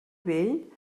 vell